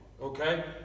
Okay